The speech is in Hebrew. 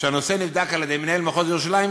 שהנושא נבדק על-ידי מנהל מחוז ירושלים,